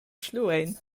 schluein